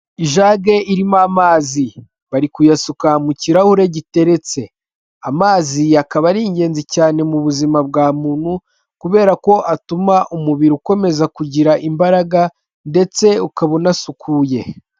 Ijage irimo amazi, bari kuyasuka mu kirahure giteretse, amazi akaba ari ingenzi cyane mu buzima bwa muntu, kubera ko atuma umubiri ukomeza kugira imbaraga ndetse ukaba unasukuye.